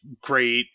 great –